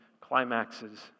climaxes